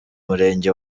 murenge